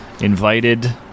invited